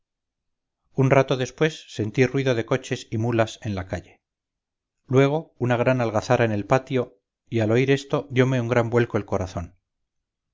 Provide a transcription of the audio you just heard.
un rato después sentí ruido de coches y mulas en la calle luego una gran algazara en el patio y al oíresto diome un gran vuelco el corazón